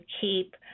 keep